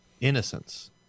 innocence